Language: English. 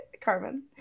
Carmen